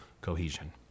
cohesion